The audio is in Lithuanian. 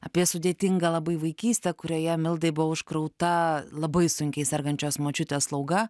apie sudėtingą labai vaikystę kurioje mildai buvo užkrauta labai sunkiai sergančios močiutės slauga